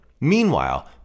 meanwhile